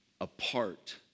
apart